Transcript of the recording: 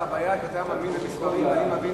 הוא מגן